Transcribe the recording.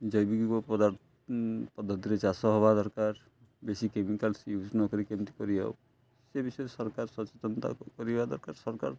ଜୈବିକ ପଦାର୍ ପଦ୍ଧତିରେ ଚାଷ ହେବା ଦରକାର ବେଶୀ କେମିକାଲ୍ସ ୟୁଜ ନକରି କେମିତି କରିହେବ ସେ ବିଷୟରେ ସରକାର ସଚେତନତା କରିବା ଦରକାର ସରକାର